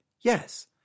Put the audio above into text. Yes